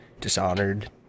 Dishonored